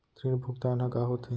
ऋण भुगतान ह का होथे?